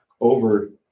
over